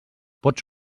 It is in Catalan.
pots